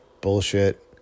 bullshit